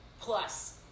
plus